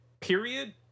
period